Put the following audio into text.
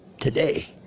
today